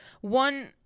one